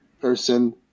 person